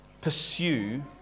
pursue